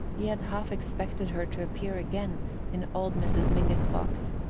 he had half-expected her to appear again in old mrs. mingott's box,